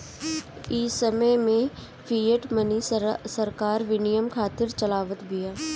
इ समय में फ़िएट मनी सरकार विनिमय खातिर चलावत बिया